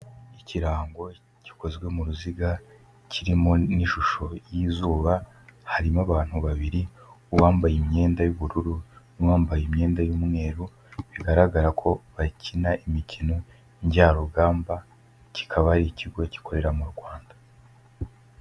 Ikirango gikozwe mu ruziga, kirimo n'ishusho y'izuba, harimo abantu babiri uwambaye imyenda y'ubururu n'uwambaye imyenda y'umweru, bigaragara ko bakina imikino njyarugamba, kikaba ari ikigo gikorera mu Rwanda.